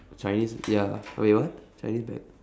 chinese ya wait what chinese brand